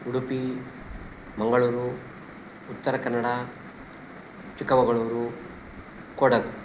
Udupi Mangaluru Uttara Kannada Chikkamagaluru Kodagu